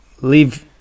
leave